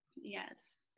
Yes